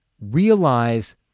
realize